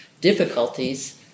difficulties